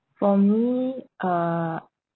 for me uh